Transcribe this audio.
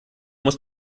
muss